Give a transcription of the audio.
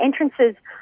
entrances